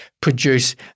produce